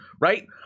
right